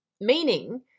Meaning